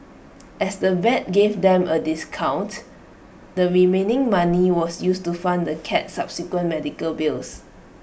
as the vet gave them A discount the remaining money was used to fund the cat's subsequent medical bills